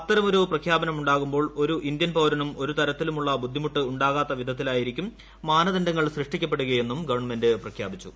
അത്തരമൊരു പ്രഖ്യാപനം ഉണ്ടാകുമ്പോൾ ഒരു ഇന്ത്യൻ പൌരനും ഒരുതരത്തിലുള്ള ബുദ്ധിമുട്ട് ഉണ്ടാകാത്ത വിധത്തിലായിരിക്കും മാനദണ്ഡങ്ങൾ സൃഷ്ടിക്കപ്പെടുകയെന്നും ഗവൺമെന്റ് പ്രഖ്യാപിച്ചു